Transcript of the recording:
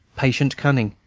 patient cunning,